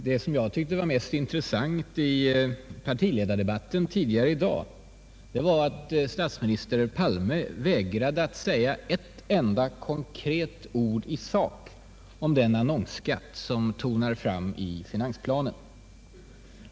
Herr talman! Det mest intressanta i partiledardebatten tidigare i dag tyckte jag var att statsminister Palme, trots kritik från oppositionen, vägrade att säga ett enda konkret ord i sak om den annonsskatt som tonar fram i finansplanen.